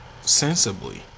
sensibly